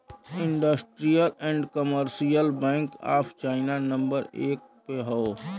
industrial and commercial bank of China number एक पे हौ